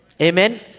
Amen